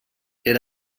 era